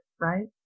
right